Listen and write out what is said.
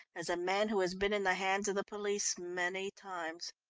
as a man who has been in the hands of the police many times.